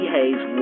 Hayes